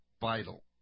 vital